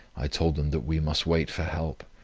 i told them that we must wait for help,